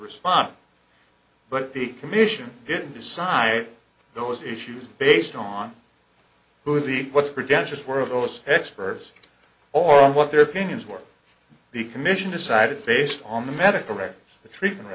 response but the commission didn't decide those issues based on who the what credentials were those experts or what their opinions were the commission decided based on the medical records the treatment